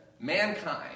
Mankind